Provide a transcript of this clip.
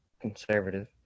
conservative